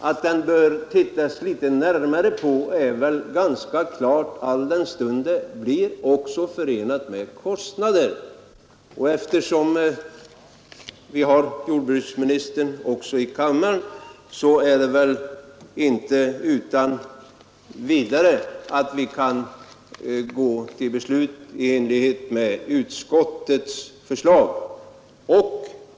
Att man bör se litet närmare på detta är väl ganska klart, alldenstund ett öppnande också blir förenat med kostnader. Jordbruksministern är närvarande i kammaren och har fått lyssna till de synpunkter som framförts under debatten.